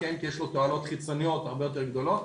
כי יש לו תועלות חיצוניות הרבה יותר גדולות.